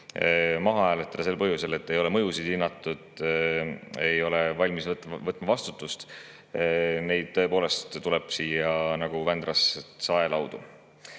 maha hääletada sel põhjusel, et ei ole mõjusid hinnatud, et ei ole valmis võtma vastutust, tõepoolest tuleb siia nagu Vändrast saelaudu.